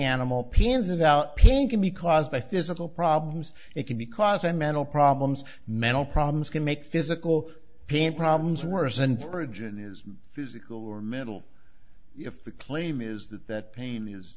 animal paeans about pain can be caused by physical problems it can be caused by mental problems mental problems can make physical pain problems worse and urgent is physical or mental if the claim is that that pain is